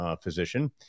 physician